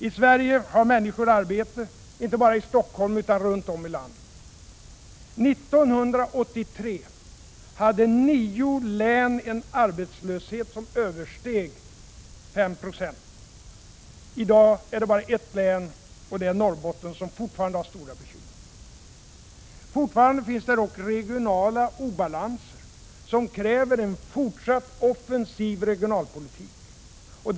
I Sverige har människor arbete — inte bara i Stockholm utan runt om i landet. 1983 hade nio län en arbetslöshet som översteg 5 Jo. I dag är det bara ett län, och det är Norrbotten, som fortfarande har stora bekymmer. Fortfarande finns det dock regionala obalanser, som kräver en fortsatt offensiv regionalpolitik.